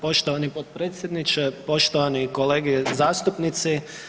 Poštovani potpredsjedniče, poštovani kolege zastupnici.